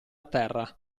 terra